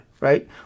right